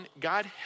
God